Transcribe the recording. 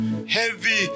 heavy